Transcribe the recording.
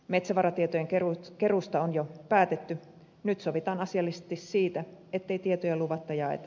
metsävaratietojen keruusta on jo päätetty nyt sovitaan asiallisesti siitä ettei tietoja luvatta jaeta